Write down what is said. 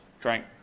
drank